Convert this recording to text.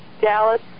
Dallas